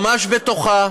ממש בתוכה,